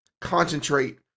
concentrate